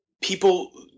people –